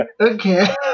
okay